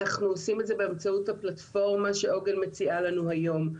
אנחנו עושים את זה באמצעות הפלטפורמה שעוגן מציעה לנו היום.